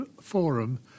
forum